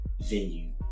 venue